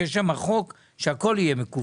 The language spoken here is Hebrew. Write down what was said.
שיש שמה חוק שהכל יהיה מקוון.